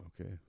Okay